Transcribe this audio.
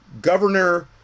Governor